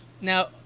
Now